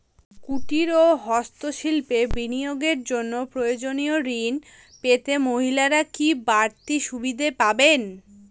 কুটীর ও হস্ত শিল্পে বিনিয়োগের জন্য প্রয়োজনীয় ঋণ পেতে মহিলারা কি বাড়তি সুবিধে পাবেন?